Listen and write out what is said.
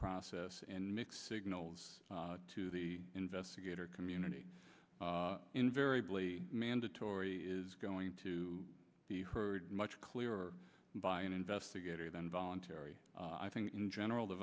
process and mixed signals to the investigator community invariably mandatory is going to be heard much clearer by an investigator than voluntary i think in general the